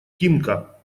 тимка